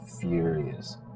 furious